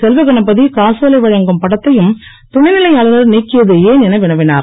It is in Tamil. வெல்வ கணபதி காசோலை வழங்கும் படத்தையும் துணைநிலை ஆளுநர் நீக்கியது ஏன் என வினவினார்